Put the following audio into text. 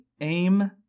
aim